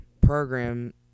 program